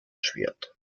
schwert